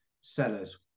sellers